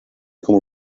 como